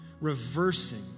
reversing